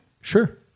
Sure